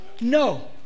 No